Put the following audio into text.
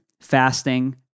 fasting